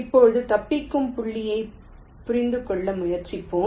இப்போது தப்பிக்கும் புள்ளிகளைப் புரிந்துகொள்ள முயற்சிப்போம்